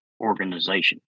organization